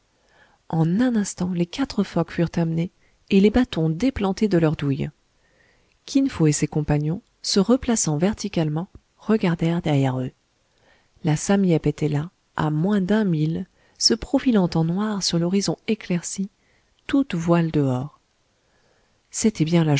en un instant les quatre focs furent amenés et les bâtons déplantés de leurs douilles kin fo et ses compagnons se replaçant verticalement regardèrent derrière eux la sam yep était là à moins d'un mille se profilant en noir sur l'horizon éclairci toutes voiles dehors c'était bien